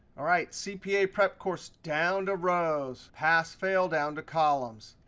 all right cpa prep course down to rows, pass fail down to columns.